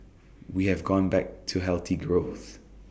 we have gone back to healthy growth